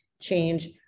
change